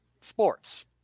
sports